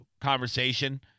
conversation